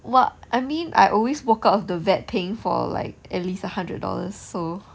what I mean I always walk out of the vet paying for like at least one hundred dollars so